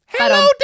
Hello